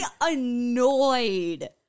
annoyed